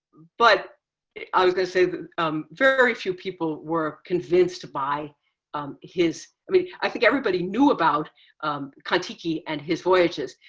but i was gonna say very few people were convinced by his i mean, i think everybody knew about kon-tiki and his voyages,